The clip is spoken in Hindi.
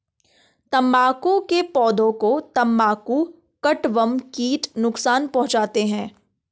तंबाकू के पौधे को तंबाकू कटवर्म कीट नुकसान पहुंचाते हैं